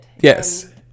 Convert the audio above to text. Yes